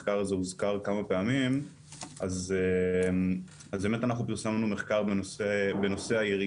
אנחנו פרסמנו מחקר בנושא הירידה במספר הסטארט-אפים החדשים בישראל,